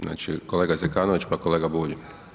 Znači kolega Zekanović pa kolega Bulj.